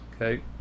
Okay